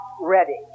ready